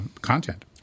content